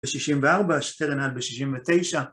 ‫בשישים וארבע, ‫שטרן היה בשישים ותשע.